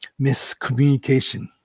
miscommunication